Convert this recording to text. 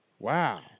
Wow